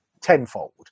tenfold